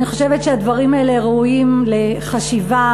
אני חושבת שהדברים האלה ראויים לחשיבה.